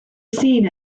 seen